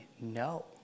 no